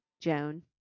Joan